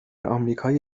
آمریکای